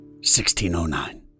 1609